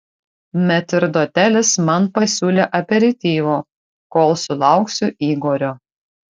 metrdotelis man pasiūlė aperityvo kol sulauksiu igorio